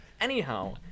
anyhow